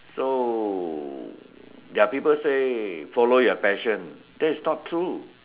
so there are people say follow your passion that's not true